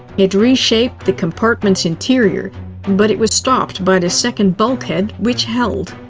it re-shaped the compartment's interior but it was stopped by the second bulkhead which held.